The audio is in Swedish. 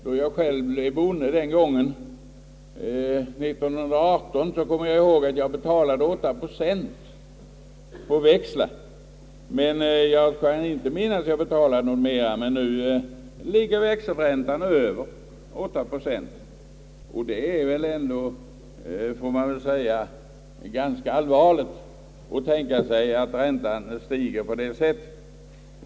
När jag själv blev bonde — det var 1918 — betalade jag 8 procent på växlar, och jag kan inte minnas att jag betalat mera än så, men nu ligger växelräntan över 8 procent. Det är väl ändå en ganska allvarlig sak att räntan stigit på det sättet.